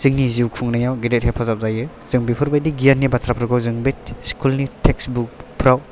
जोंनि जिउ खुंनायाव गेदेर हेफाजाब जायो जों बेफोरबादि गियाननि बाथ्राफोरखौ जों बे स्कुल नि टेक्सटबुक फ्राव